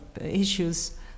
issues